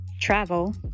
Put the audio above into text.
travel